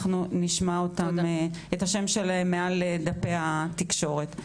אנחנו נשמע אותם את השם שלהם מעל דפי התקשורת.